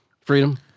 Freedom